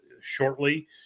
shortly